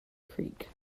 creek